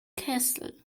kessel